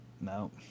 No